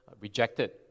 rejected